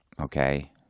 Okay